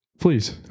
Please